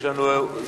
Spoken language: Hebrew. יש לנו זמן.